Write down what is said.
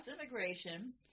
immigration